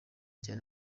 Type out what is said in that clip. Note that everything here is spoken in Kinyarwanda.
cyane